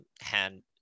hand